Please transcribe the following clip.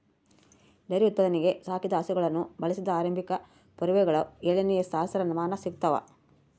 dairy ಉತ್ಪಾದನೆಗೆ ಸಾಕಿದ ಹಸುಗಳನ್ನು ಬಳಸಿದ ಆರಂಭಿಕ ಪುರಾವೆಗಳು ಏಳನೇ ಸಹಸ್ರಮಾನ ಸಿಗ್ತವ